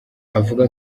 avuga